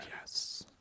yes